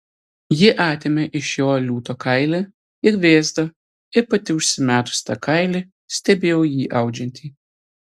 ji atėmė iš jo liūto kailį ir vėzdą ir pati užsimetusi tą kailį stebėjo jį audžiantį